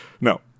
No